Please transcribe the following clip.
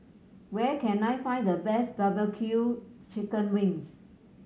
where can I find the best barbecue chicken wings